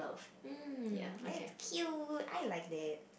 mm that's cute I like that